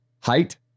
height